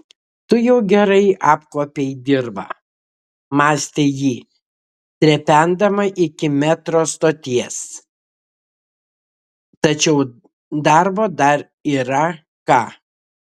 tu jau gerai apkuopei dirvą mąstė ji trependama iki metro stoties tačiau darbo dar yra ką